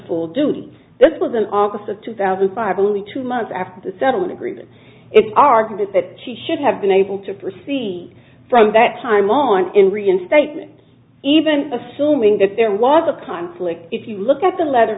full duty this was in august of two thousand bible only two months after the settlement agreement argued that she should have been able to proceed from that time on in reinstatement even assuming that there was a conflict if you look at the letter